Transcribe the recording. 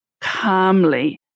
calmly